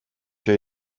şey